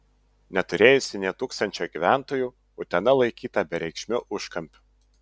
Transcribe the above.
neturėjusi nė tūkstančio gyventojų utena laikyta bereikšmiu užkampiu